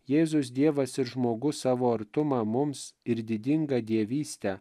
jėzus dievas ir žmogus savo artumą mums ir didingą dievystę